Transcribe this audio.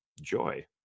joy